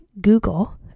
Google